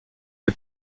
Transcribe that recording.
est